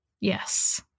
Yes